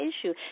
issue